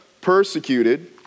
persecuted